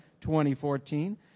2014